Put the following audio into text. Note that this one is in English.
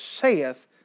saith